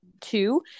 two